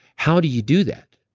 how do you do that?